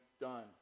done